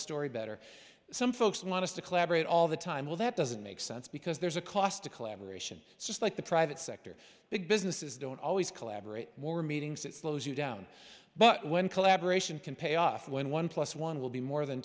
story better some folks want us to collaborate all the time well that doesn't make sense because there's a cost to collaboration it's just like the private sector big businesses don't always collaborate more meetings that slows you down but when collaboration can pay off when one plus one will be more than